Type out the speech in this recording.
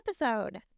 episode